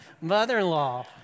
mother-in-law